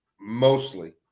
mostly